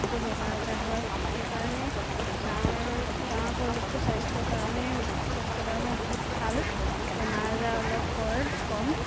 বহুতো বেমাৰ আজাৰ হয় সেইকাৰণে গাঁৱৰ গাঁৱৰ পৰিৱেশটো স্বাস্থ্যৰ কাৰণে স্বাস্থ্যৰ কাৰণে বহুত ভাল বেমাৰ আজাৰ অলপ কৰ কম